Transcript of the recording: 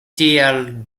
tial